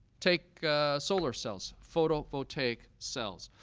take solar cells, photo photaic cells,